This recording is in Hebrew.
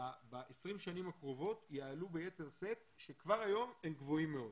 ב-20 השנים הקרובות יעלו ביתר שאת כשכבר היום הם גבוהים מאוד.